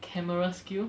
camera skill